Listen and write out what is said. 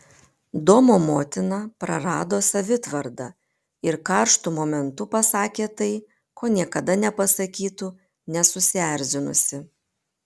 domo motina prarado savitvardą ir karštu momentu pasakė tai ko niekada nepasakytų nesusierzinusi